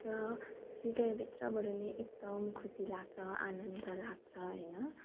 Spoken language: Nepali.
र हृदयभित्रबाट नै एकदम खुसी लाग्छ आनन्द लाग्छ होइन